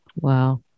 Wow